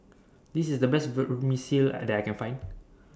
This IS The Best Vermicelli that I Can Find